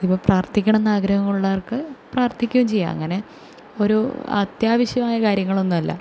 ഇപ്പോൾ പ്രാർത്ഥിക്കണമെന്നു ആഗ്രഹമുള്ളവർക്ക് പ്രാർത്ഥിക്കുകയും ചെയ്യാം അങ്ങനെ ഒരു അത്യാവശ്യമായ കാര്യങ്ങളൊന്നുമല്ല